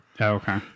Okay